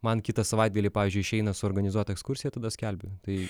man kitą savaitgalį pavyzdžiui išeina suorganizuot ekskursiją tada skelbiu tai